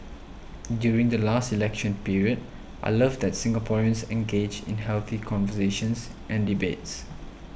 during the last election period I love that Singaporeans engage in healthy conversations and debates